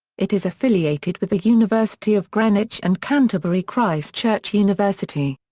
it is affiliated with the university of greenwich and canterbury christ church university.